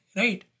right